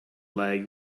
leg